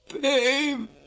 babe